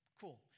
cool